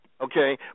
Okay